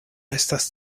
estas